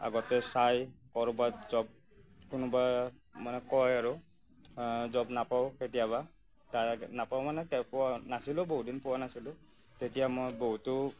আগতে চাই ক'ৰবাত জ'ব কোনোবা মানে কয় আৰু জ'ব নাপাওঁ কেতিয়াবা তাৰ নাপাওঁ মানে নাছিলোঁ বহুত দিন পোৱা নাছিলোঁ তেতিয়া মই বহুতো